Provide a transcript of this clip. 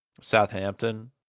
Southampton